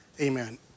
Amen